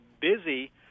busy